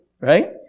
right